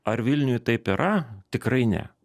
ar vilniuj taip yra tikrai ne